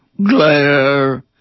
glare